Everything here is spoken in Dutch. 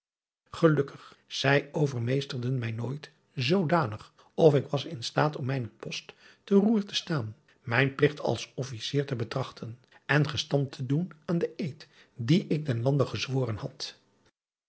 elukkig zij overmeesterden mij nooit zoodanig of ik was in staat om mijnen post te roer te staan mijn pligt als fficier te betrachten en gestand te doen aan den eed dien ik den lande gezworen had